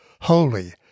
holy